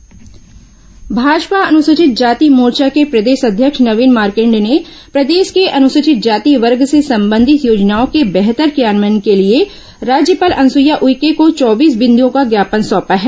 अनुसुचित जाति मोर्चा ज्ञापन भाजपा अनुसूचित जाति मोर्चा के प्रदेश अध्यक्ष नवीन मार्क ंडेय ने प्रदेश के अनुसूचित जाति वर्ग से संबंधित योजनाओं के बेहतर क्रियान्वयन के लिए राज्यपाल अनुसूईया उइके को चौबीस बिंदुओं का ज्ञापन सौंपा है